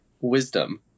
wisdom